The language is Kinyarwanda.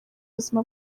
ubuzima